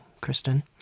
Kristen